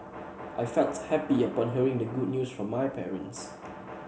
I felt happy upon hearing the good news from my parents